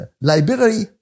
library